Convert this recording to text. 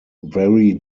very